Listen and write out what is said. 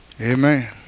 Amen